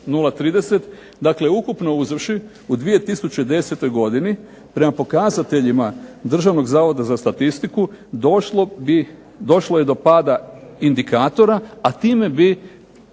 Dakle ukupno uzevši u 2010. godini prema pokazateljima Državnog zavoda za statistiku došlo je do pada indikatora, a time bi